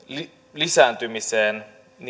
lisääntymiseen